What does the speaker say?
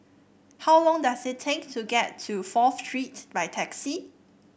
how long does it take to get to Fourth Street by taxi